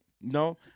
no